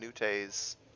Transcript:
Minutes